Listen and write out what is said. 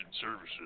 services